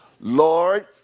Lord